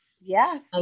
yes